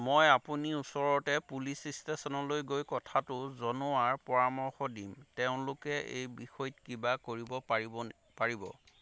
মই আপুনি ওচৰতে পুলিচ ষ্টেশ্যনলৈ গৈ কথাটো জনোৱাৰ পৰামৰ্শ দিম তেওঁলোকে এই বিষয়ত কিবা কৰিব পাৰিবনে পাৰিব